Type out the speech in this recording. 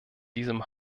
diesem